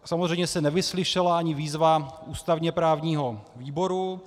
Samozřejmě se nevyslyšela ani výzva ústavněprávního výboru.